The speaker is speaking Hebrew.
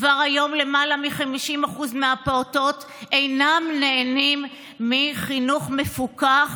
כבר היום למעלה מ-50% מהפעוטות אינם נהנים מחינוך מפוקח